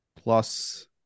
plus